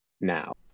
now